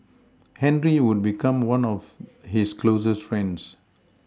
henry would become one of his closest friends